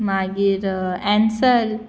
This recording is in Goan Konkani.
मागीर एन्सल